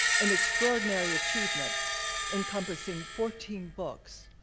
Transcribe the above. an extraordinary achievement encompassing fourteen books,